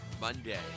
Monday